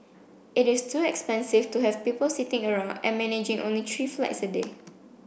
it is too expensive to have people sitting around and managing only tree flights a day